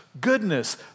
goodness